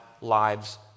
lives